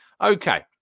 Okay